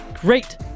great